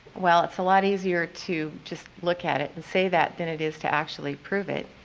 well it's a lot easier to just look at it and say that than it is to actually prove it.